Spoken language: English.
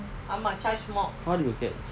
how they catch